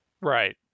Right